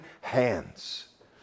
hands